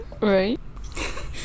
Right